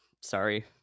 sorry